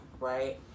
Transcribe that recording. right